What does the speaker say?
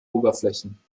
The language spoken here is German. oberflächen